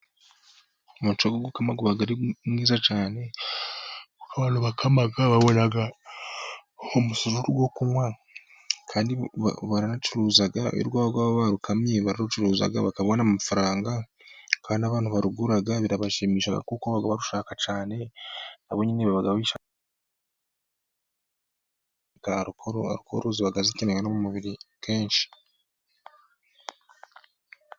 Umuco wo gukama aba ari mwiza cyane abantu bakama babona umusururu wo kunywa baracuruza urwagwa barukamye barucuruza bakabona amafaranga. Kandi abantu barugura birabashimisha kuko barushaka cyane, alukoro ziba zikenewe mu mubiri kenshi.